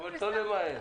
כלומר לא למהר.